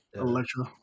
electro